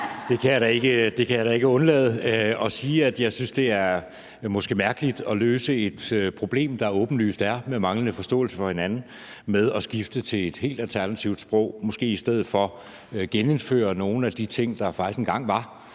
Der kan jeg da ikke undlade at sige, at jeg synes, det måske er mærkeligt at løse et problem, der åbenlyst er der, i forhold til manglende forståelse for hinanden ved at skifte til et helt alternativt sprog i stedet for måske at genindføre nogle af de ting, der faktisk engang var.